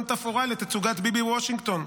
תפאורה לתצוגת 'ביבי בוושינגטון'."